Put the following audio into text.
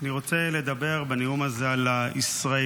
אני רוצה לדבר בנאום הזה על הישראליות